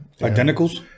Identicals